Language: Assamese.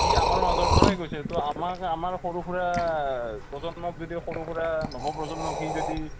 সি আমাৰ মাজৰ পৰাই গৈছেতো আমাৰ আমাৰ সৰু সুৰা প্ৰজন্মক যদি সৰু সুৰা যুৱ প্ৰজন্মক সি যদি